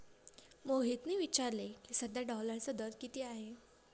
मोहितने विचारले की, सध्या डॉलरचा दर किती आहे?